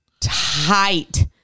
tight